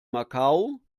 macau